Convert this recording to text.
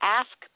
ask